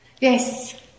Yes